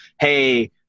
hey